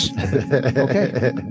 Okay